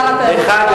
מיכאלי,